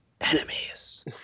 Enemies